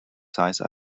size